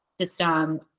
system